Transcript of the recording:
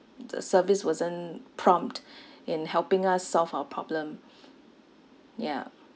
the service wasn't prompt in helping us solve our problem ya